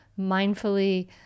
mindfully